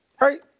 right